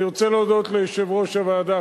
אני רוצה להודות ליושב-ראש הוועדה,